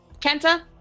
Kenta